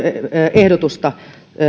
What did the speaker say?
ehdotusta